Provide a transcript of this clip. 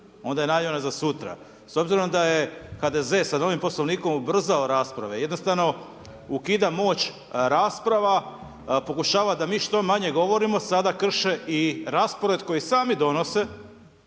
onda je najavljeno za sutra. S obzirom da je HDZ-e sa novim Poslovnikom ubrzao rasprave, jednostavno ukida moć rasprava, pokušava da mi što manje govorimo. Sada krše i raspored koji sami donose